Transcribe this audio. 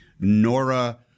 Nora